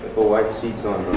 wife cheats on